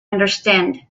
understand